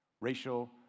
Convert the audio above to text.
Racial